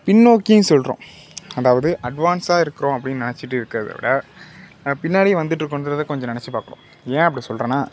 பின்னோக்கி செல்கிறோம் அதாவது அட்வான்ஸாக இருக்கிறோம் அப்படின்னு நினச்சிட்டு இருக்கிறத விட பின்னாடியும் வந்துட்டு இருக்கோன்றதை கொஞ்சம் நெனைச்சி பார்க்கணும் ஏன் அப்படி சொல்கிறேன்னா